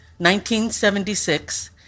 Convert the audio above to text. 1976